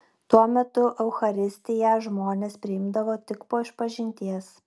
tuo metu eucharistiją žmonės priimdavo tik po išpažinties